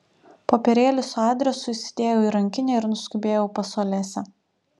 popierėlį su adresu įsidėjau į rankinę ir nuskubėjau pas olesią